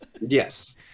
Yes